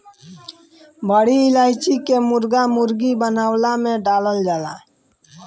बड़ी इलायची के मुर्गा मुर्गी बनवला में डालल जाला